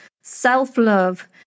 self-love